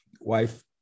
wife